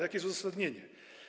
Jakie jest uzasadnienie?